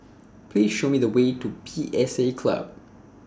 Please Show Me The Way to P S A Club